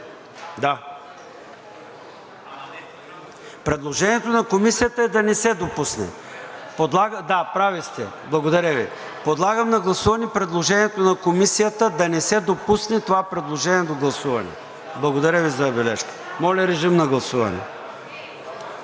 Предложението на Комисията е да не се допусне. Да, прави сте. Благодаря Ви. Подлагам на гласуване предложението на Комисията да не се допусне това предложение до гласуване. Благодаря Ви за бележката. Моля, режим на гласуване.